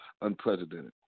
unprecedented